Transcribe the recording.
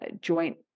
joint